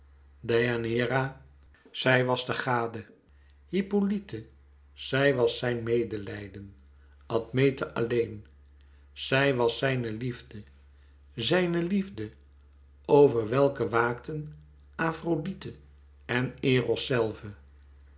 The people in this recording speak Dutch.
deianeira zij was de gade hippolyte zij was zijn medelijden admete alleen zij was zijne liefde zijne liefde over welke waakten afrodite en eros zelve